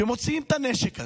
כשמוציאים את הנשק הזה,